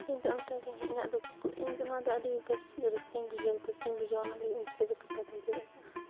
ᱤᱧ ᱫᱚ ᱚᱱᱠᱟ ᱜᱮ ᱤᱧ ᱫᱚ ᱤᱧ ᱫᱚ ᱱᱚᱣᱟ ᱫᱚ ᱟᱹᱰᱤ ᱵᱮᱥ ᱨᱟᱹᱥᱠᱟᱹᱧ ᱵᱩᱡᱷᱟᱹᱣᱟ ᱠᱩᱥᱤᱧ ᱵᱩᱡᱷᱟᱹᱣᱟ ᱚᱱᱟ ᱞᱟᱹᱜᱤᱫᱡᱮᱨᱮᱲ ᱯᱟᱛᱟᱣ ᱫᱩᱧ ᱪᱮᱫ ᱟᱠᱟᱫᱼᱟ